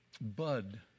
bud